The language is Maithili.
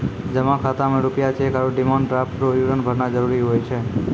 जमा खाता मे रूपया चैक आरू डिमांड ड्राफ्ट रो विवरण भरना जरूरी हुए छै